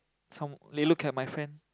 some they look at my friend